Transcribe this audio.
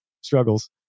struggles